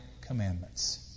commandments